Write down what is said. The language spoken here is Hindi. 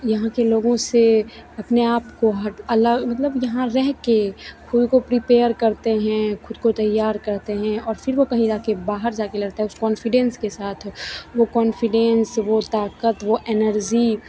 यहाँ के लोगों से अपने आप को हट अलग मतलब यहाँ रहकर ख़ुद को प्रीपेयर करते हैं ख़ुद को तैयार करते हैं और फिर वह कहीं जाकर बाहर जाकर लड़ते हैं कान्फिडेन्स के साथ वह कान्फिडन्स वह ताक़त वह एनर्जी